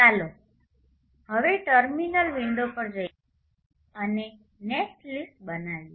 ચાલો હવે terminal window પર જઈએ અને નેટલિસ્ટ બનાવીએ